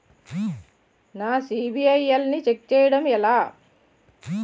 నా సిబిఐఎల్ ని ఛెక్ చేయడం ఎలా?